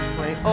Play